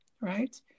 Right